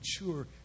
mature